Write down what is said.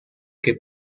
que